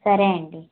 సరే అండి